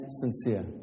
sincere